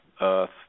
Earth